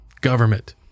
Government